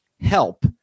help